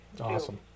Awesome